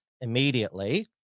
immediately